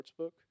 Sportsbook